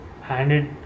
handed